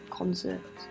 concert